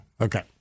okay